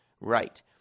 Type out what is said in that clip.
Right